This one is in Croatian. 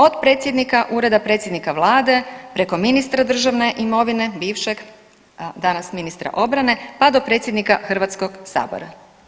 Od predsjednika Ureda predsjednika vlade preko ministra državne imovine bivšeg, danas ministra obrane pa do predsjednika Hrvatskog sabora.